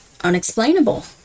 unexplainable